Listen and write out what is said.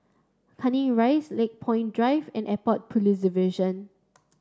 Canning Rise Lakepoint Drive and Airport Police Division